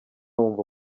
wumva